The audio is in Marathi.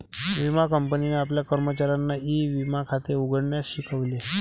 विमा कंपनीने आपल्या कर्मचाऱ्यांना ई विमा खाते उघडण्यास शिकवले